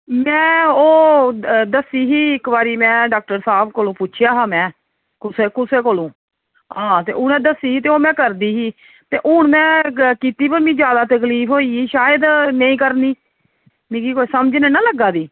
मैं ओह् दस्सी ही इक मैं बारी डाक्टर साह्ब कोला पुच्छेआ हा मैं कुसै कोला हां उनें दस्सी ही ते ओह मैं करदी ही ते हून मैं कीती पर मिगी जादा तकलीफ होई गी शायद नेईं करनी मिगी कोई समझ नी ना लग्गै दी